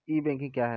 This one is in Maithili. ई बैंकिंग क्या हैं?